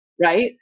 right